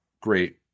Great